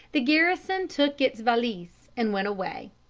the garrison took its valise and went away.